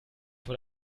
vor